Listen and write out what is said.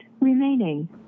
remaining